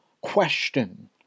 question